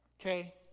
okay